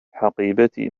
حقيبتي